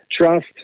Trust